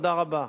תודה רבה.